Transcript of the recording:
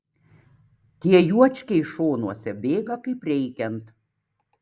tie juočkiai šonuose bėga kaip reikiant